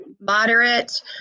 moderate